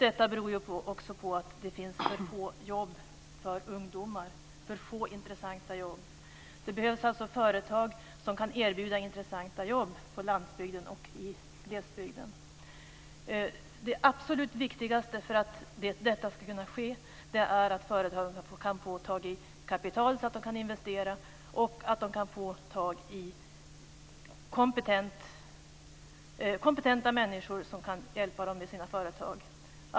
Detta beror också på att det finns för få intressanta jobb för ungdomar. Det behövs alltså företag som kan erbjuda intressanta jobb på landsbygden och i glesbygden. Det absolut viktigaste för att detta ska kunna ske är att företagen kan få tag i kapital så att de kan investera och att de kan få tag i kompetent arbetskraft som kan hjälpa dem med deras företag.